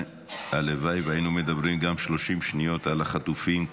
והלוואי שהיינו מדברים גם 30 שניות על החטופים,